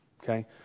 Okay